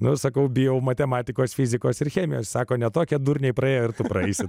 nu sakau bijau matematikos fizikos ir chemijos sako ne tokia durniai praėjo praeis ir